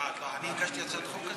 אני הגשתי הצעת חוק כזאת.